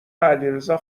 علیرضا